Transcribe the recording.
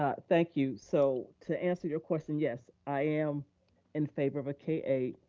ah thank you. so to answer your question, yes, i am in favor of a k eight,